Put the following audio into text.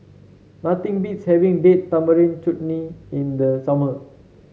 nothing beats having Date Tamarind Chutney in the summer